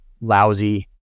lousy